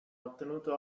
ottenuto